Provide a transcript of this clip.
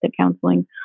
counseling